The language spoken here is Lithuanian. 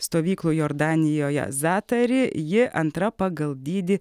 stovyklų jordanijoje zatari ji antra pagal dydį